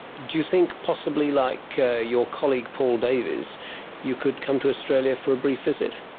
do you think possibly like your colleague paul davies you could come to australia for a brief visit?